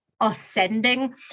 ascending